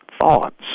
thoughts